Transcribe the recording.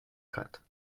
cut